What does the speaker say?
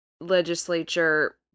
legislature